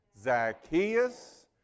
Zacchaeus